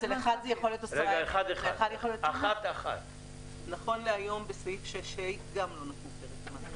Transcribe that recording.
לאחד זה יכול להיות עשרה ימים ואצל השני זה יכול להיות שנה.